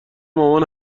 مامان